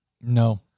No